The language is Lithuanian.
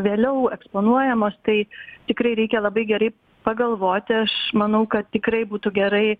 vėliau eksponuojamos tai tikrai reikia labai gerai pagalvoti aš manau kad tikrai būtų gerai